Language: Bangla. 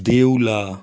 দেউলা